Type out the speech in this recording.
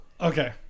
Okay